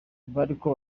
bariko